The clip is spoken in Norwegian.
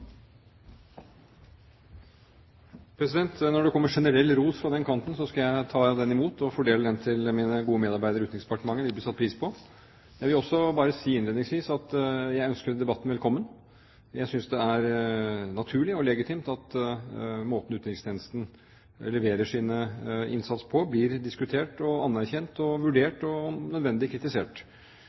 Når det kommer generell ros fra den kanten, skal jeg ta den imot og fordele den til mine gode medarbeidere i Utenriksdepartementet. Det vil bli satt pris på. Jeg vil også bare si innledningsvis at jeg ønsker debatten velkommen. Jeg synes det er naturlig og legitimt at måten utenrikstjenesten leverer sin innsats på, blir diskutert, anerkjent, vurdert og om nødvendig kritisert,